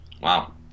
Wow